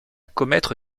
commettre